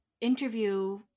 interview